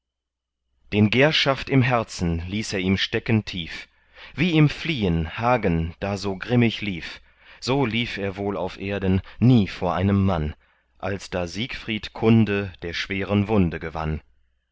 den gerschaft im herzen ließ er ihm stecken tief wie im fliehen hagen da so grimmig lief so lief er wohl auf erden nie vor einem mann als da siegfried kunde der schweren wunde gewann